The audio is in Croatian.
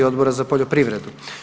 Odbora za poljoprivredu.